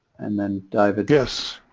and then dived guess